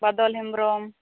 Badal Hembrom